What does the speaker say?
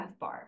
fbar